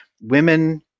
Women